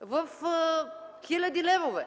в хиляди левове.